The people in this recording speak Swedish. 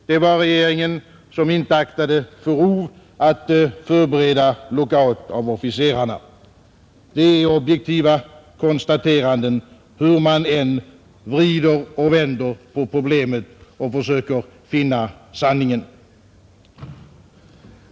Det var regeringen som inte aktade för rov att förbereda lockout av officerarna. Det är objektiva konstateranden, hur man än vrider och vänder på problemet och försöker finna sanningen.